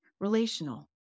relational